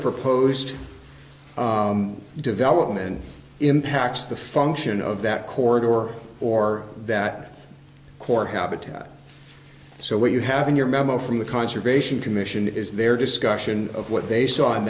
proposed development impacts the function of that corridor or that court how it so what you have in your memo from the conservation commission is their discussion of what they saw